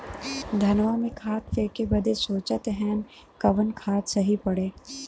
धनवा में खाद फेंके बदे सोचत हैन कवन खाद सही पड़े?